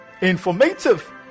informative